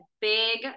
big